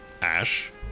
Ash